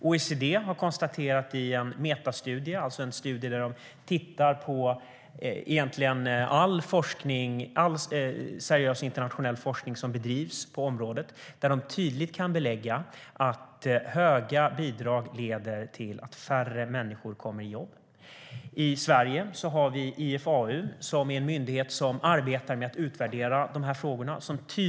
OECD kan i en metastudie - en studie där de tittar på all seriös internationell forskning som bedrivs på området - tydligt belägga att höga bidrag leder till att färre människor kommer i jobb. I Sverige arbetar myndigheten IFAU med att utvärdera frågorna.